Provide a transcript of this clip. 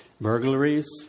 burglaries